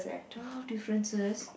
twelve differences